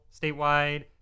statewide